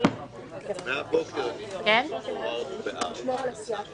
מחילים לעניין חוק משכן